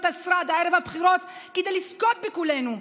השרד ערב הבחירות כדי לזכות בקולנו.